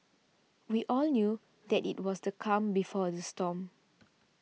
we all knew that it was the calm before the storm